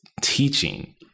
teaching